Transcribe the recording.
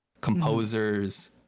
composers